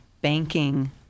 banking